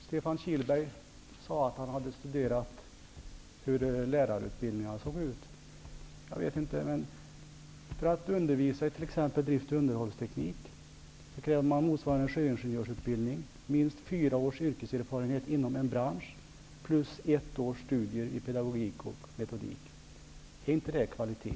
Herr talman! Stefan Kihlberg sade att han hade studerat hur lärarutbildningarna såg ut. För att undervisa i t.ex. drifts och underhållsteknik krävs civilingenjörsutbildning, minst fyra års yrkeserfarenhet inom en bransch samt ett års studier i pedagogik och metodik. Är inte det kvalitet?